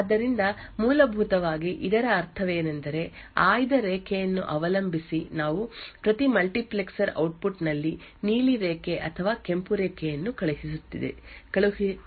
ಆದ್ದರಿಂದ ಮೂಲಭೂತವಾಗಿ ಇದರ ಅರ್ಥವೇನೆಂದರೆ ಆಯ್ದ ರೇಖೆಯನ್ನು ಅವಲಂಬಿಸಿ ನಾವು ಪ್ರತಿ ಮಲ್ಟಿಪ್ಲೆಕ್ಸರ್ ಔಟ್ಪುಟ್ ನಲ್ಲಿ ನೀಲಿ ರೇಖೆ ಅಥವಾ ಕೆಂಪು ರೇಖೆಯನ್ನು ಕಳುಹಿಸುತ್ತಿದ್ದೇವೆ